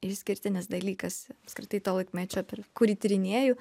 išskirtinis dalykas apskritai to laikmečio per kurį tyrinėju